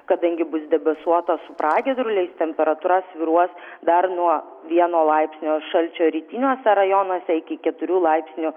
kadangi bus debesuota su pragiedruliais temperatūra svyruos dar nuo vieno laipsnio šalčio rytiniuose rajonuose iki keturių laipsnių